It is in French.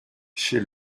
chez